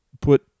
put